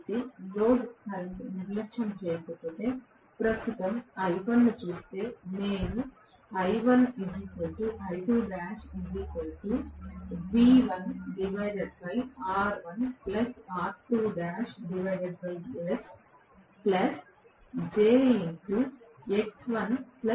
కాబట్టి load current నిర్లక్ష్యం చేయకపోతే ప్రస్తుత I1 ను చూస్తే నేను అని వ్రాయగలను